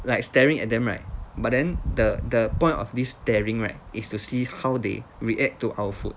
like staring at them right but then the the point of this staring right is to see how they react to our food